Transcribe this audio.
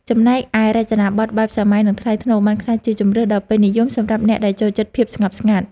ចំណែកឯរចនាប័ទ្មបែបសាមញ្ញ និងថ្លៃថ្នូរបានក្លាយជាជម្រើសដ៏ពេញនិយមសម្រាប់អ្នកដែលចូលចិត្តភាពស្ងប់ស្ងាត់។